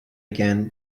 again